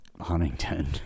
Huntington